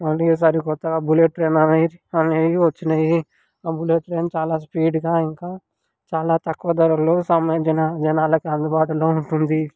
మళ్ళీ ఈసారి క్రొత్తగా బులెట్ ట్రైన్ అని అనేవి వచ్చినాయి ఆ బులెట్ ట్రైన్ చాలా స్పీడ్గా ఇంకా చాలా తక్కువ ధరలో సామాన్య జన జనాలకి అందుబాటులో ఉంటుంది